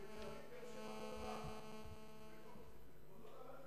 תל-אביב ובאר-שבע זה אותו דבר,